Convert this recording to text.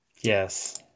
Yes